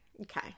okay